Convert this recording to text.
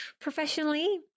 Professionally